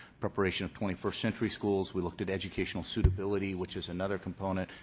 preparation of twenty first century schools. we looked at educational suitability which is another component,